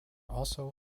also